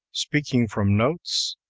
speaking from notes,